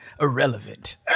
irrelevant